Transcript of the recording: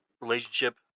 relationship